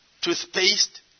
toothpaste